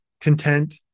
content